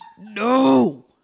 No